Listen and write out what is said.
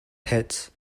pets